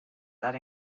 that